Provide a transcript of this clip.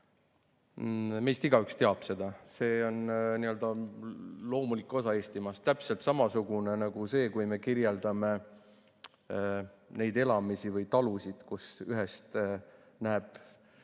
Meist igaüks teab seda, see on loomulik osa Eestimaast, täpselt samasugune nagu see, kui me kirjeldame neid elamisi või talusid, kus ühest näeb